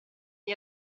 gli